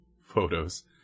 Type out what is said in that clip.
photos